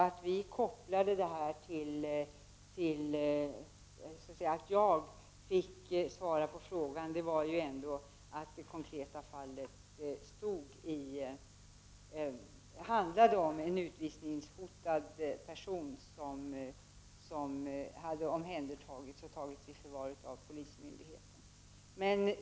Att jag skulle svara på frågan beror på att detta konkreta fall handlade om en utvisningshotad person, som hade omhändertagits och tagits i förvar av polismyndigheten.